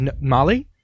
Molly